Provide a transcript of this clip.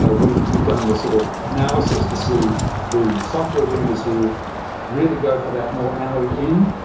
yeah we've we've done the sort of analysis to see the software vendors who really go for that morality end,